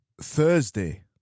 Thursday